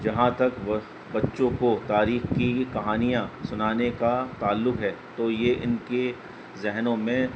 جہاں تک بچوں کو تاریخ کی کہانیاں سنانے کا تعلق ہے تو یہ ان کے ذہنوں میں